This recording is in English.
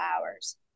hours